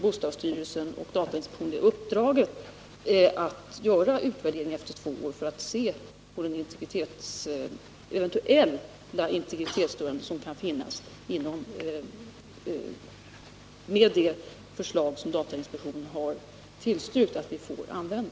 Bostadsstyrelsen och datainspektionen har nu uppdraget att göra en utvärdering efter två år för att se på den eventuella integritetsstörning som kan finnas med det förslag som datainspektionen har medgivit att vi får använda: